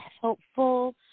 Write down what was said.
helpful